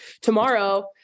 tomorrow